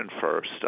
first